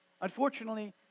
unfortunately